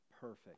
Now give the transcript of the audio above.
perfect